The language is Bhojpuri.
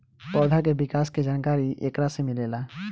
पौधा के विकास के जानकारी एकरा से मिलेला